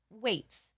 weights